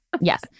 Yes